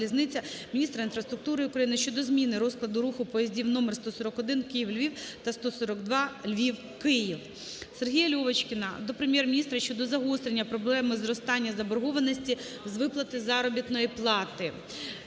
міністра інфраструктури України щодо зміни розкладу руху поїздів № 141 "Київ - Львів" та 142 "Львів - Київ". Сергія Льовочкіна до Прем'єр-міністра щодо загострення проблеми зростання заборгованості з виплати заробітної плати.